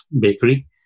Bakery